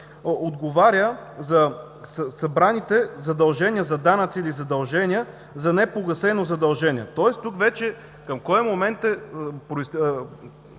отговаря за събраните задължения за данъци или задължения за непогасено задължение. Тоест тук вече към кой момент